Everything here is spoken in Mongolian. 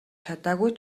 чадаагүй